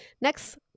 Next